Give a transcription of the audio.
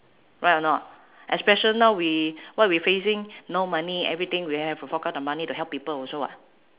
right or not especial~ now we what we facing no money everything we have to fork out the money to help people also [what]